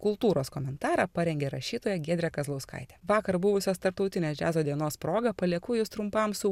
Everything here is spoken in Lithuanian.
kultūros komentarą parengė rašytoja giedrė kazlauskaitė vakar buvusios tarptautinės džiazo dienos proga palieku jus trumpam su